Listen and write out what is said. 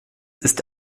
ist